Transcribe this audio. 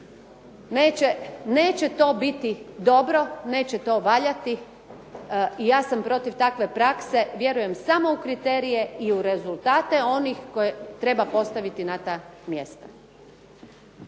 neće to biti dobro, neće to valjati i ja sam protiv takve prakse. Vjerujem samo u kriterije i u rezultate onih koje treba postaviti na ta mjesta.